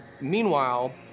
Meanwhile